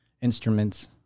instruments